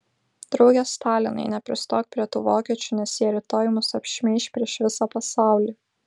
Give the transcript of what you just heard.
drauge stalinai nepristok prie tų vokiečių nes jie rytoj mus apšmeiš prieš visą pasaulį